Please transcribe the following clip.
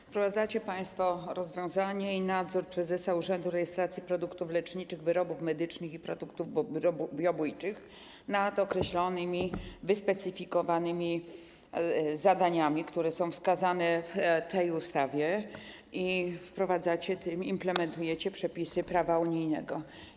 Wprowadzacie państwo rozwiązanie i nadzór prezesa Urzędu Rejestracji Produktów Leczniczych, Wyrobów Medycznych i Produktów Biobójczych nad określonymi wyspecyfikowanymi zadaniami, które są wskazane w tej ustawie, i implementujecie przepisy prawa unijnego.